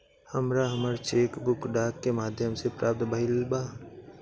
हमरा हमर cheque book डाक के माध्यम से प्राप्त भईल बा